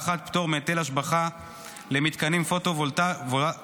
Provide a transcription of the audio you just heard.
הארכת פטור מהיטל השבחה למתקנים פוטו-וולטאיים,